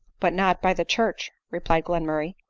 but not by the church, replied glenmurray,